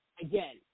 again